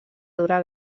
dura